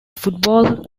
football